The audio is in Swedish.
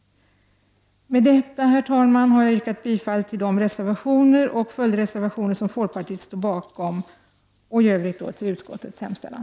Med detta, herr talman, vill jag yrka bifall till de reservationer och följdreservationer som folkpartiet står bakom, och i övrigt bifall till utskottets hemställan.